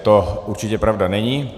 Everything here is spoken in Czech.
To určitě pravda není.